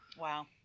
Wow